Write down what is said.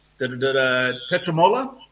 Tetramola